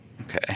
Okay